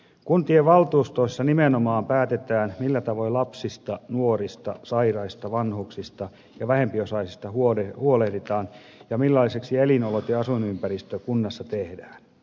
kuntien valtuustoissa nimenomaan päätetään millä tavoin lapsista nuorista sairaista vanhuksista ja vähempiosaisista huolehditaan ja millaisiksi elinolot ja asuinympäristö kunnassa tehdään